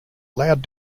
allowed